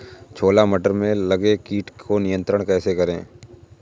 छोला मटर में लगे कीट को नियंत्रण कैसे करें?